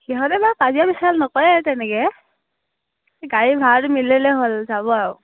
সিহঁতে বাৰু কাজিয়া পেছাল নকৰে তেনেকৈ গাড়ী ভাড়াটো মিলিলে হ'ল যাব আৰু